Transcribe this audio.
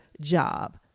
job